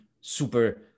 super